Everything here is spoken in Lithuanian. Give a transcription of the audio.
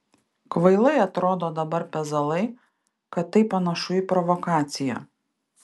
kvailai atrodo dabar pezalai kad tai panašu į provokaciją